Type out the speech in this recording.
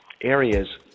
areas